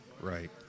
Right